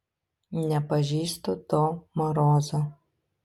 nepažįstu to marozo